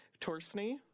Torsney